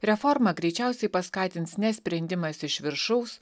reformą greičiausiai paskatins ne sprendimas iš viršaus